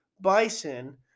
Bison